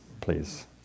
please